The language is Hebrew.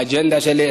את האג'נדה שלי,